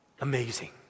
amazing